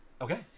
okay